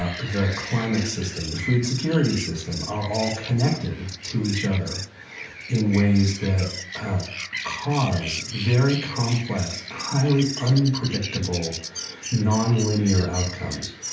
ah the climate system, the food security system are all connected to each other in ways that cause very complex highly unpredictable nonlinear outcomes.